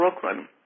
Brooklyn